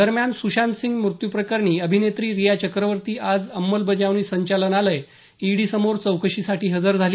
दरम्यान सुशांतसिंह मृत्यूप्रकरणी अभिनेत्री रिया चक्रवर्ती आज अंमलबजावणी संचालनालय ईडीसमोर चौकशीसाठी हजर झाली